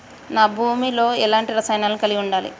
నా భూమి లో ఎలాంటి రసాయనాలను కలిగి ఉండాలి?